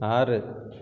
ஆறு